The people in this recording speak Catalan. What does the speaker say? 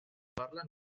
parlen